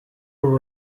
ubu